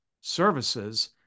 services